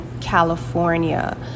California